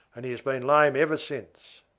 and he has been lame ever since.